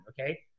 okay